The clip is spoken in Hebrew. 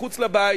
מחוץ לבית,